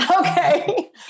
Okay